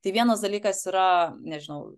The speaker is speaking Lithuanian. tai vienas dalykas yra nežinau